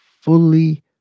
fully